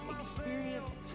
experience